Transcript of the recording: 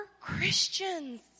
christians